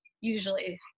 usually